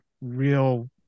real